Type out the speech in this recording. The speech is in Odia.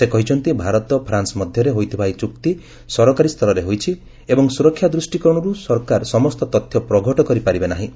ସେ କହିଛନ୍ତି ଭାରତ ଫ୍ରୋନ୍ସ ମଧ୍ୟରେ ହୋଇଥିବା ଏହି ଚୁକ୍ତି ସରକାରୀ ସ୍ତରରେ ହୋଇଛି ଏବଂ ସ୍ୱରକ୍ଷା ଦୃଷ୍ଟିକୋଶର୍ତ ସରକାର ସମସ୍ତ ତଥ୍ୟ ପ୍ରଘଟ କରିପାରିବେ ନାହିଁ